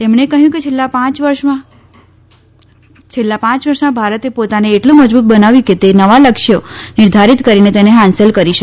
તેમણે કહ્યું કે છેલ્લાં પાંચ વર્ષમાં ભારતે પોતાને એટલું મજબૂત બનાવ્યું કે તે નવા લક્ષ્યો નિર્ધારિત કરીને તેને હાંસલ કરી શકે છે